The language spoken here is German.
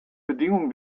bedingungen